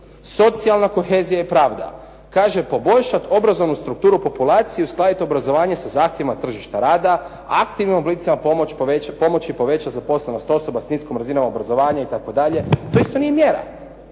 Socijalna kohezija i pravda. Kaže, poboljšati obrazovnu strukturu, populaciju i ostvariti obrazovanje sa zahtjevima tržišta rada, aktivnim oblicima pomoći povećati zaposlenost osoba s niskom razinom obrazovanja itd., to isto nije mjera.